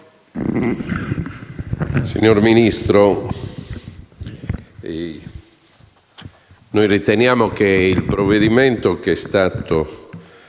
Signor Ministro, riteniamo che il provvedimento che è stato